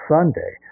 Sunday